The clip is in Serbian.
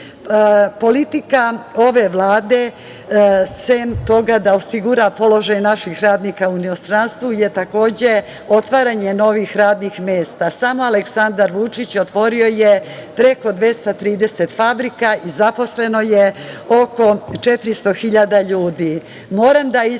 Srbiji. Politika ove Vlade sem toga da osigura položaj naših radnika u inostranstvu je takođe otvaranje novih radnih mesta. Samo Aleksandar Vučić otvorio je preko 230 fabrika i zaposleno je oko 400 hiljada